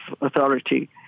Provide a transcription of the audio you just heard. authority